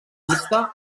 vista